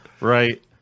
Right